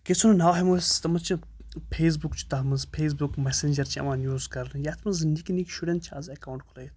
کیٚنٛہہ ژَن ہُنٛد ناو ہٮ۪مو أسۍ تَتھ منٛز چھِ فیسبُک چھُ تَتھ منٛز فیسبُک مَسٮ۪نجَر چھِ یِوان یوٗز کَرنہٕ یَتھ منٛز نِکۍ نِکۍ شُرٮ۪ن چھِ آز اٮ۪کاوُنٛٹ کھُلٲیِتھ